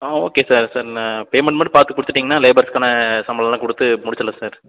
okay sir sir நான் payment மட்டும் பார்த்து கொடுத்துட்டிங்கனா லேபர்ஸ்கான சம்பளமெலாம் கொடுத்து முடிச்சிடலாம் சார்